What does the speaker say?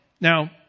Now